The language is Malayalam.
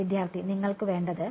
വിദ്യാർത്ഥി നിങ്ങൾക്ക് വേണ്ടത്